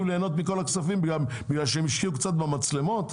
ליהנות מכל הכספים בגלל שהם השקיעו קצת במצלמות?